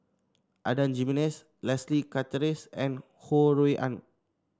Adan Jimenez Leslie Charteris and Ho Rui An